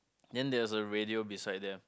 then there's a radio beside them